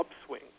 upswing